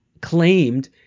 claimed—